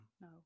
No